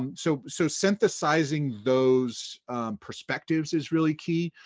um so so synthesizing those perspectives is really key.